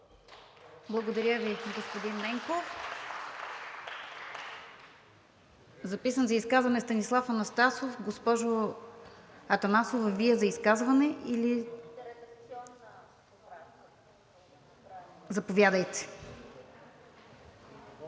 Благодаря Ви, господин Ненков. Записан за изказване Станислав Анастасов. Госпожо Атанасова, Вие за изказване или? ДЕСИСЛАВА